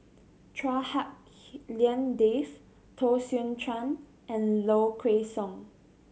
Chua Hak Lien Dave Teo Soon Chuan and Low Kway Song